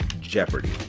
Jeopardy